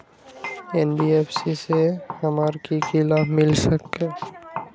NBFC से हमार की की लाभ मिल सक?